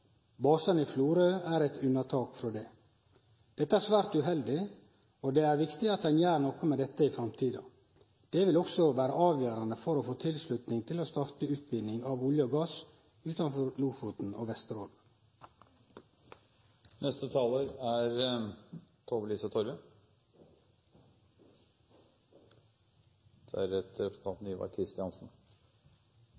i Florø er eit unntak frå det. Dette er svært uheldig, og det er viktig at ein gjer noko med dette i framtida. Det vil også vere avgjerande for å få tilslutning til å starte utvinning av olje og gass utanfor Lofoten og Vesterålen. Olje- og gassnæringen er vår største eksportnæring, og Norge er